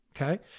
Okay